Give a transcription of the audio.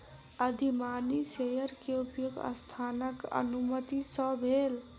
अधिमानी शेयर के उपयोग संस्थानक अनुमति सॅ भेल